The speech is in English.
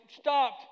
stopped